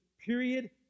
period